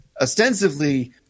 ostensibly